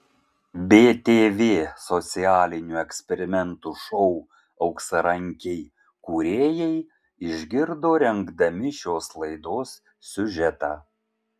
btv socialinių eksperimentų šou auksarankiai kūrėjai išgirdo rengdami šios laidos siužetą